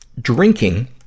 drinking